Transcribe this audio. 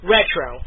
Retro